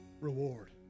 reward